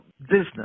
business